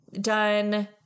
done